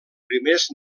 primers